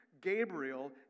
Gabriel